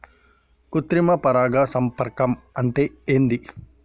కృత్రిమ పరాగ సంపర్కం అంటే ఏంది?